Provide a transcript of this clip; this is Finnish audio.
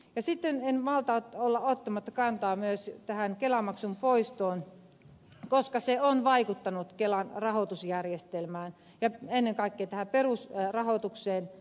sitten en malta olla ottamatta kantaa myös tähän kelamaksun poistoon koska se on vaikuttanut kelan rahoitusjärjestelmään ennen kaikkea tähän perusrahoitukseen